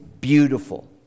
beautiful